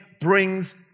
brings